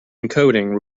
encoding